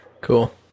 Cool